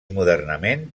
modernament